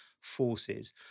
forces